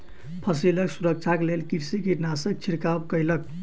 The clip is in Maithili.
फसिलक सुरक्षाक लेल कृषक कीटनाशकक छिड़काव कयलक